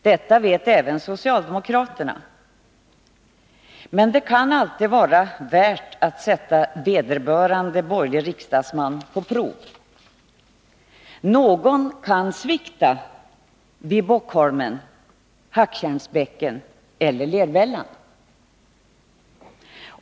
Detta vet även socialdemokraterna — men det kan ju alltid vara värt att sätta vederbörande borgerliga riksdagsman på prov! Någon kan svikta vid Bockholmen, Hacktjärnsbäcken eller Lervällan.